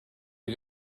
you